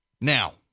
Now